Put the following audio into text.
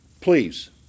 Please